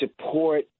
support